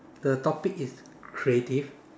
the topic is creative